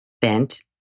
bent